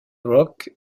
rock